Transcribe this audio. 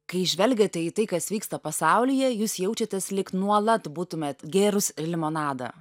kai žvelgiate į tai kas vyksta pasaulyje jūs jaučiatės lyg nuolat būtumėt gėrus ir limonadą